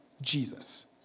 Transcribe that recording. Jesus